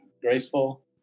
graceful